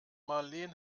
marleen